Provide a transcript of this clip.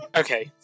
okay